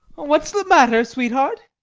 what's the matter, sweetheart?